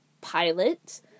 pilot